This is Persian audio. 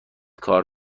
کار